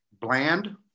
bland